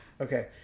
Okay